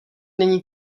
není